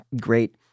great